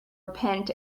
repent